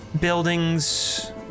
buildings